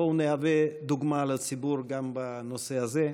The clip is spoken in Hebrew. בואו נהווה דוגמה לציבור גם בנושא הזה.